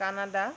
Canada